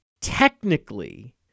technically